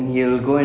(uh huh)